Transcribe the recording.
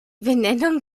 benennung